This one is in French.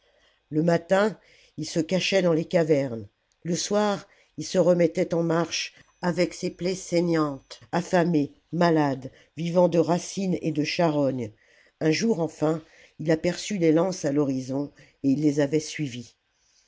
le matin il se cachait dans les cavernes le soir il se remettait en marche avec ses plaies saignantes affamé malade vivant de racines et de charognes un jour enfin il aperçut les lances à l'horizon et il les avait suivies